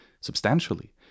substantially